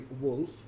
Wolf